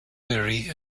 theory